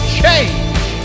change